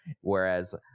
whereas